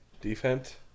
defense